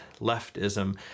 leftism